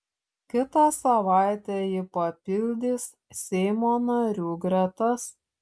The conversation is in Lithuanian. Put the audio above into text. kitą savaitę ji papildys seimo narių gretas